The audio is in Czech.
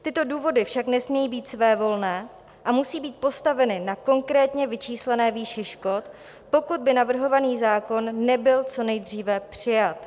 Tyto důvody však nesmějí být svévolné a musí být postaveny na konkrétně vyčíslené výši škod, pokud by navrhovaný zákon nebyl co nejdříve přijat.